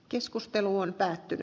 keskustelu on nähty